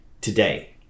today